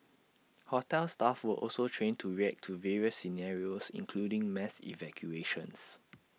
hotel staff were also trained to react to various scenarios including mass evacuations